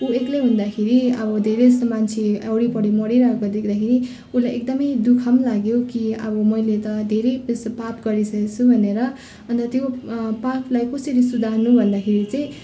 ऊ एक्लै हुँदाखेरि अब धेरै जस्तो मान्छे वरिपरि मरिरहेको देख्दाखेरि उसलाई एकदम दुःख लाग्यो कि अब मैले त धेरै पाप गरिसकेछु भनेर अन्त त्यो पापलाई कसरी सुधार्नु भन्दाखेरि चाहिँ